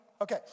Okay